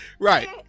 Right